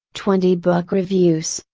twenty book reviews,